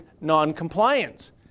non-compliance